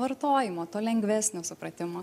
vartojimo to lengvesnio supratimo